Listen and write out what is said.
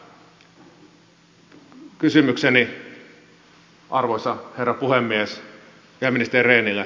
kysymykseni arvoisa herra puhemies ministeri rehnille